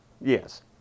Yes